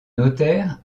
notaire